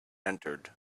entered